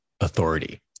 authority